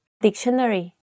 Dictionary